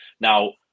Now